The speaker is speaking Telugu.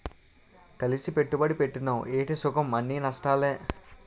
కలిసి పెట్టుబడి పెట్టినవ్ ఏటి సుఖంఅన్నీ నష్టాలే